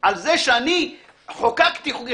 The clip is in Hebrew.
על זה שאני חוקקתי חוקים -- יותר מדי.